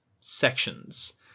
sections